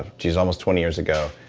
gees almost twenty years ago,